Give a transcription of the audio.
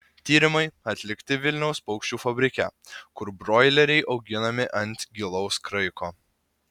tyrimai atlikti vilniaus paukščių fabrike kur broileriai auginami ant gilaus kraiko